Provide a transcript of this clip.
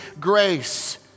grace